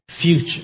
future